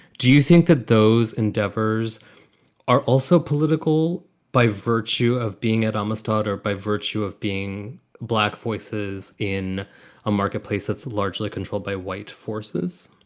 do you think that those endeavors are also political by virtue of being at almost totter, by virtue of being black voices in a marketplace that's largely controlled by white forces?